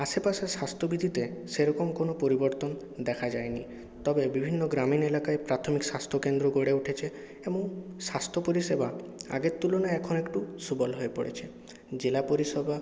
আশেপাশের স্বাস্থ্যবিধিতে সেরকম কোনো পরিবর্তন দেখা যায়নি তবে বিভিন্ন গ্রামীণ এলাকায় প্রাথমিক স্বাস্থ্যকেন্দ্র গড়ে উঠেছে এবং স্বাস্থ্য পরিষেবা অগের তুলনায় এখন একটু সবল হয়ে পড়েছে জেলা পরিষেবা